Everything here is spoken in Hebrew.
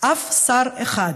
אף שר אחד,